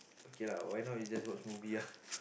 okay lah why not we just watch movie ah